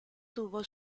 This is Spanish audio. tuvo